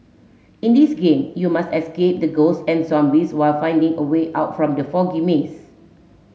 in this game you must escape the ghost and zombies while finding a way out from the foggy maze